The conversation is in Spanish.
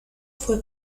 fue